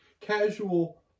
casual